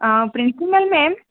હા principal ma'am